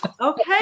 okay